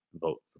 vote